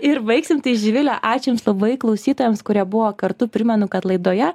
ir baigsim tai živile ačiū jums labai klausytojams kurie buvo kartu primenu kad laidoje